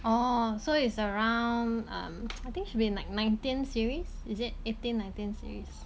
oh so is around um I think should be like nineteen series is it eighteen nineteen series